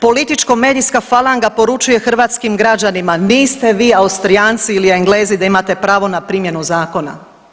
Političko medijska falanga poručuje hrvatskim građanima niste vi Austrijanci ili Englezi da imate pravo na primjenu zakona.